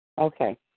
Okay